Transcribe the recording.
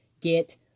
get